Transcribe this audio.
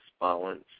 balance